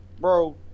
bro